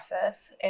process